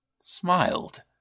smiled